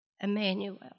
Emmanuel